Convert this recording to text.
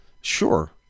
Sure